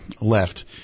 left